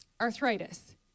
arthritis